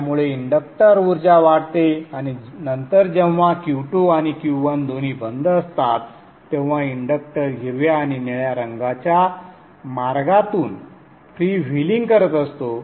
त्यामुळे इंडक्टर ऊर्जा वाढते आणि नंतर जेव्हा Q2 आणि Q1 दोन्ही बंद असतात तेव्हा इंडक्टर हिरव्या आणि निळ्या रंगाच्या मार्गातून फ्रीव्हीलिंग करत असतो